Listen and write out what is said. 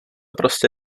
prostě